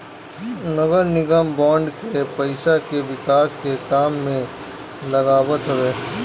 नगरनिगम बांड के पईसा के विकास के काम में लगावत हवे